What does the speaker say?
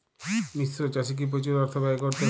মিশ্র চাষে কি প্রচুর অর্থ ব্যয় করতে হয়?